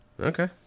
Okay